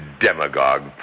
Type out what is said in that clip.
demagogue